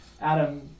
Adam